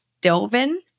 dove-in